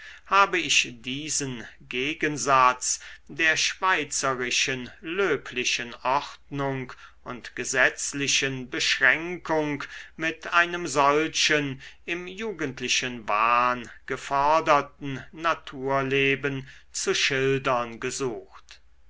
habe ich diesen gegensatz der schweizerischen löblichen ordnung und gesetzlichen beschränkung mit einem solchen im jugendlichen wahn geforderten naturleben zu schildern gesucht